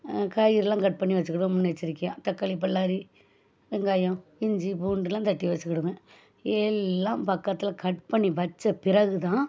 காய்கறிலாம் கட் பண்ணி வச்சிக்கிவேன் முன்னெச்சரிக்கையாக தக்காளி பல்லாரி வெங்காயம் இஞ்சி பூண்டுலாம் தட்டி வச்சிக்கிவேன் எல்லாம் பக்கத்தில் கட் பண்ணி வைச்ச பிறகு தான்